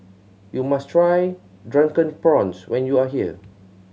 you must try Drunken Prawns when you are here